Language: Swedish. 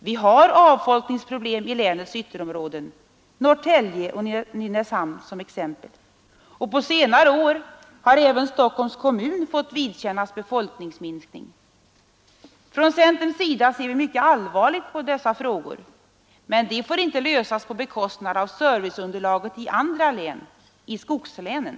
Vi har avfolkningsproblem i länets ytterområden — i t.ex. Norrtälje och Nynäshamn — och på senare år har även Stockholms kommun fått vidkännas befolkningsminskning. Från centerns sida ser vi mycket allvarligt på dessa problem, men de får inte lösas på bekostnad av serviceunderlaget i andra län i skogslänen.